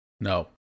No